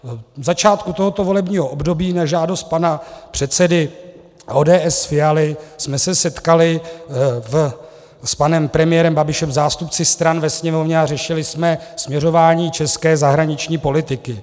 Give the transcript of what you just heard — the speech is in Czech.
V začátku tohoto volebního období na žádost pana předsedy ODS Fialy jsme se setkali s panem premiérem Babišem, zástupci stran ve Sněmovně, a řešili jsme směřování české zahraniční politiky.